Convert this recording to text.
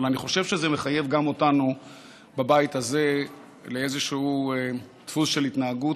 אבל אני חושב שזה מחייב גם אותנו בבית הזה לאיזשהו דפוס של התנהגות.